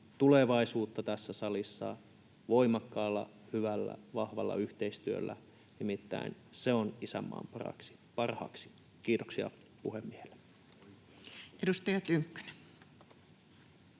tulevaisuutta tässä salissa voimakkaalla, hyvällä, vahvalla yhteistyöllä. Nimittäin se on isänmaan parhaaksi. — Kiitoksia puhemiehelle. [Speech